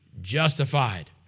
justified